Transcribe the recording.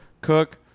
cook